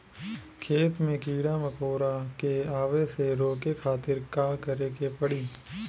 खेत मे कीड़ा मकोरा के आवे से रोके खातिर का करे के पड़ी?